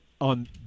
on